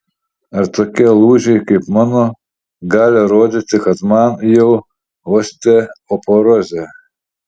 ar tokie lūžiai kaip mano gali rodyti kad man jau osteoporozė